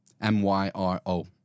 M-Y-R-O